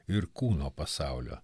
ir kūno pasaulio